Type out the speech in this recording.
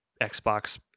xbox